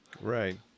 Right